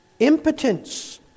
Impotence